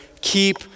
keep